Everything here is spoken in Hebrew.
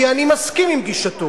כי אני מסכים עם גישתו,